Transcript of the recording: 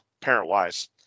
parent-wise